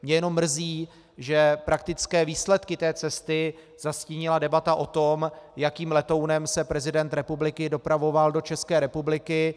Mě jenom mrzí, že praktické výsledky cesty zastínila debata o tom, jakým letounem se prezident republiky dopravoval do České republiky.